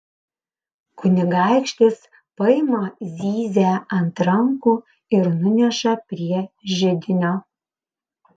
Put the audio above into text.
kunigaikštis paima zyzią ant rankų ir nuneša prie židinio